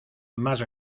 mas